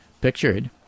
Pictured